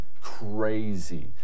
crazy